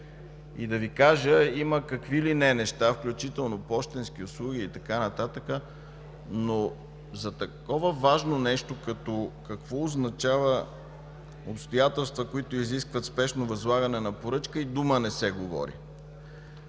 И да Ви кажа, има какви ли не неща, включително пощенски услуги и така нататък, но за такова важно нещо, като това какво означава „обстоятелства, които изискват спешно възлагане на поръчка” и дума не се говори.